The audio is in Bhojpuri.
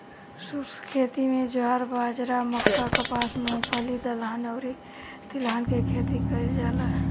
शुष्क खेती में ज्वार, बाजरा, मक्का, कपास, मूंगफली, दलहन अउरी तिलहन के खेती कईल जाला